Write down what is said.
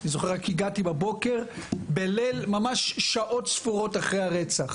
אני זוכר שרק הגעתי בבוקר, שעות סופרות אחרי הרצח.